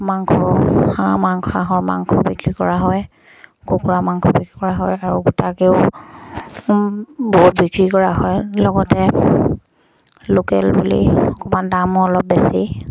মাংস হাঁহ মাংস হাঁহৰ মাংস বিক্ৰী কৰা হয় কুকুৰা মাংস বিক্ৰী কৰা হয় আৰু গোটাকেও বহুত বিক্ৰী কৰা হয় লগতে লোকেল বুলি অকণমান দামো অলপ বেছি